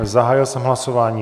Zahájil jsem hlasování.